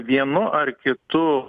vienu ar kitu